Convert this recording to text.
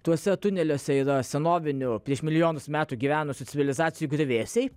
tuose tuneliuose yra senovinių prieš milijonus metų gyvenusių civilizacijų griuvėsiai